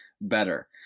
better